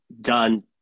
done